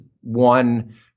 one